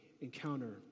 encounter